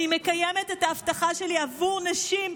אני מקיימת את ההבטחה שלי עבור נשים,